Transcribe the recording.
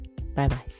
Bye-bye